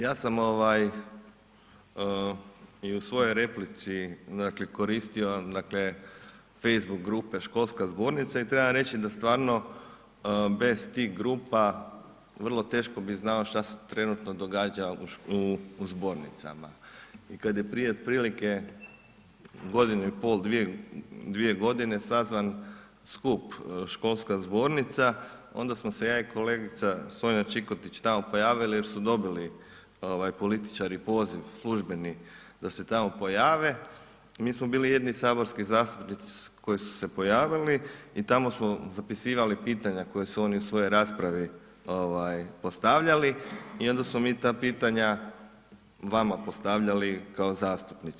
Ja sam i u svojoj replici dakle, koristio dakle, Facebook grupe Školska zbornica i treba reći da stvarno bez tih grupa vrlo teško bi znao što se trenutno događa u zbornicama i kad je prije otprilike godinu i pol, dvije godine, sazvan skup Školska zbornica, onda smo se ja i kolegica Sonja Čikotić tamo pojavili jer su dobili političari poziv službeni da se tamo pojave, mi smo bili jedini saborski zastupnici koji su se pojavili i tamo smo zapisivali pitanja koja su oni u svojoj raspravi postavljali i onda smo mi ta pitanja vama postavljali kao zastupnici.